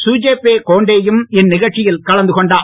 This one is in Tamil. ஜூசேப்பே கோண்டே யும் இந்நிகழ்ச்சியில் கலந்துகொண்டார்